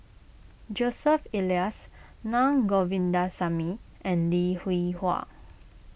Joseph Elias Naa Govindasamy and Lee Hwee Hua